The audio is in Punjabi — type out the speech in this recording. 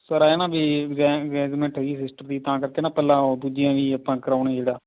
ਸਰ ਐਂ ਨਾ ਵੀ ਇੰਗੇਜਮੈਂਟ ਹੈਗੀ ਸਿਸਟਰ ਦੀ ਤਾਂ ਕਰਕੇ ਨਾ ਪਹਿਲਾਂ ਉਹ ਦੂਜੀਆਂ ਵੀ ਆਪਾਂ ਕਰਵਾਉਣੀ ਜਿਹੜਾ